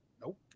Nope